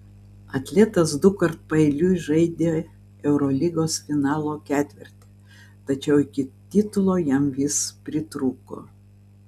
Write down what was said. atletas dukart paeiliui žaidė eurolygos finalo ketverte tačiau iki titulo jam vis pritrūko